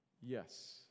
Yes